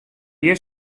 hjir